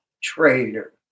trader